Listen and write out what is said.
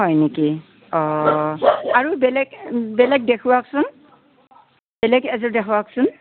হয় নেকি অ আৰু বেলেগ বেলেগ দেখুৱাওকচোন বেলেগ এযোৰ দেখুৱাওকচোন